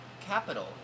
capital